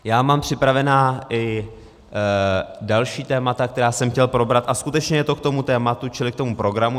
Já mám připravena i další témata, která jsem chtěl probrat, a skutečně je to k tomu tématu, čili k tomu programu.